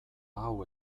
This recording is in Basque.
hau